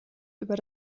über